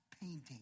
painting